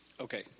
Okay